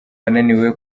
wananiwe